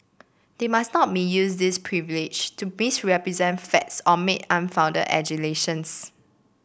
they must not misuse this privilege to misrepresent facts or make unfounded allegations